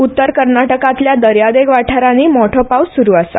उत्तर कर्नाटकांतल्या दर्यादेग वाठारांनी मोटो पावस सुरू आसा